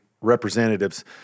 representatives